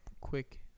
quick